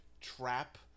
trap